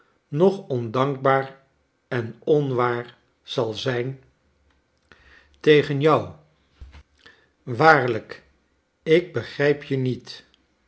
baa r en on waar zal zijn tegen charles uickene klcine ijorrit charles dickens jou waarlijk ik begrijp je niet